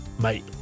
mate